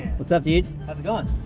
what's up dude? how's it going?